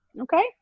Okay